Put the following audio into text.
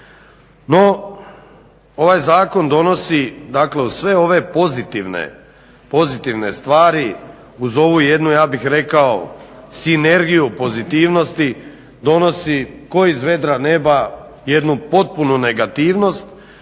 No, ovaj zakon donosi uz sve ove pozitivne stvari uz ovu jednu ja bih rekao sinergiju pozitivnosti donositi kao iz vedrog neba jednu potpunu negativnost